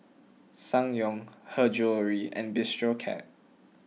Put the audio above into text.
Ssangyong Her Jewellery and Bistro Cat